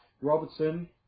Robertson